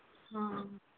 हाँ